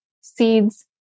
seeds